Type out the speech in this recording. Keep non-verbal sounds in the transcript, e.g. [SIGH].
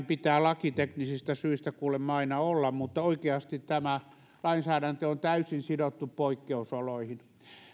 [UNINTELLIGIBLE] pitää lakiteknisistä syistä kuulemma aina olla mutta oikeasti tämä lainsäädäntö on täysin sidottu poikkeusoloihin